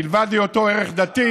מלבד היותו ערך דתי,